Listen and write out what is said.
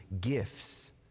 gifts